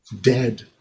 dead